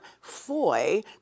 Foy